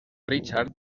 richard